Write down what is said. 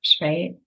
right